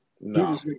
No